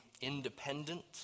independent